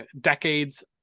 decades